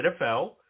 NFL